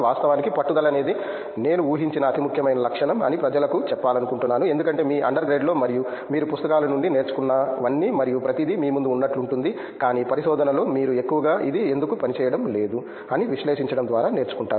వాస్తవానికి పట్టుదల అనేది నేను ఊహించిన అతి ముఖ్యమైన లక్షణం అని ప్రజలకు చెప్పాలనుకుంటున్నాను ఎందుకంటే మీ అండర్ గ్రేడ్లో మరియు మీరు పుస్తకాల నుండి నేర్చుకున్నవన్నీ మరియు ప్రతిదీ మీ ముందు ఉన్నట్లువుంటుంది కానీ పరిశోధనలో మీరు ఎక్కువగా ఇది ఎందుకు పని చేయడంలేదు అని విశ్లేషించడం ద్వారా నేర్చుకుంటారు